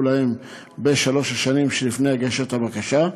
להם בשלוש השנים שלפני הגשת הבקשה,